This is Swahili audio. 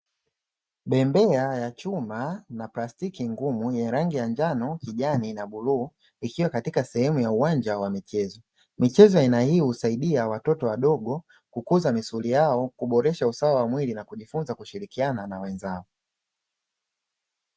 Bembea ya chuma na plastiki ngumu yenye rangi ya njano, kijani na bluu ikiwa katika sehemu ya uwanja wa michezo. Michezo ya aina hii husaidia watoto wadogo kukuza misuli yao kuboresha usawa wa mwili na kujifunza kushirikiana na wenzao.